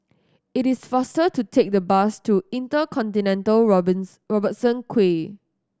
it is faster to take the bus to InterContinental Robertson Quay